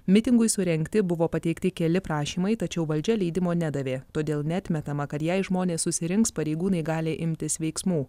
mitingui surengti buvo pateikti keli prašymai tačiau valdžia leidimo nedavė todėl neatmetama kad jei žmonės susirinks pareigūnai gali imtis veiksmų